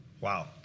Wow